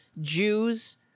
Jews